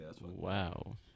Wow